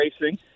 racing